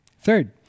Third